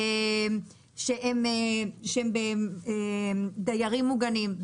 שהם דיירים מוגנים.